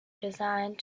designed